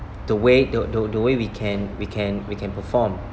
the way the the the way we can we can we can we can perform